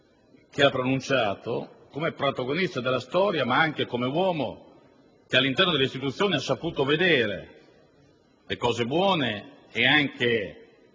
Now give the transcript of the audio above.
che ha pronunciato come protagonista della storia, ma anche come uomo che all'interno delle istituzioni ha saputo vedere sia le cose buone sia